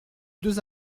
deux